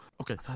Okay